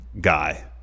guy